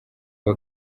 uwa